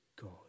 God